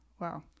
Wow